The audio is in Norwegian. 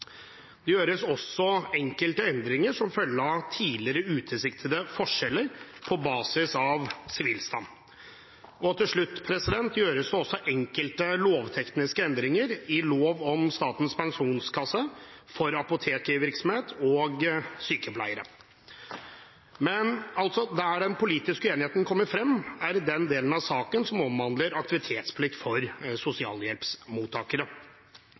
Det gjøres også enkelte endringer som følge av tidligere utilsiktede forskjeller på basis av sivilstand. Til slutt gjøres det enkelte lovtekniske endringer i lov om Statens pensjonskasse, lov om pensjonsordning for apotekvirksomhet mv. og lov om pensjonsordning for sykepleiere. Der den politiske uenigheten kommer frem, er i den delen av saken som omhandler aktivitetsplikt for sosialhjelpsmottakere.